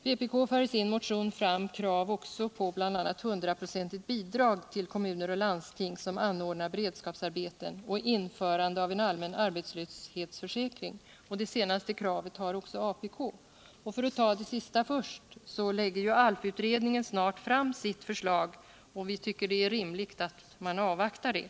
Vpk för i sin motion fram krav på bl.a. hundraprocentigt bidrag till kommun och landsting som anordnar beredskapsarbeten och införande av en allmän arbetslöshetsförsäkring. Det senaste kravet har också apk. För att ta det sista först: ALF-utredningen lägger snart fram sitt förslag, och vi tycker det är rimligt att avvakta det.